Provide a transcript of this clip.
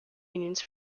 unions